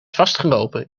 vastgelopen